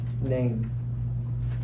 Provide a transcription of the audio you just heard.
name